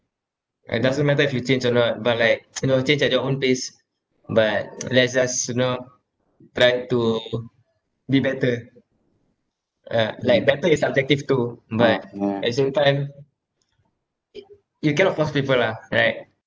ah doesn't matter if you change or not but like you know change at your own pace but let's just you know try to be better ah like better is subjective too but at the same time you cannot force people lah right